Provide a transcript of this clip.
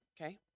Okay